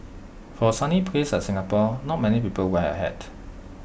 for A sunny place like Singapore not many people wear A hat